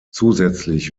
zusätzlich